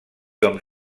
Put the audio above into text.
com